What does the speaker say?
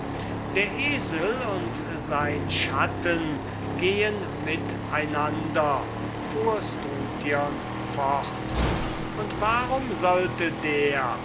der esel und sein schatten gehen mit einander fuhr struthion fort und warum sollte der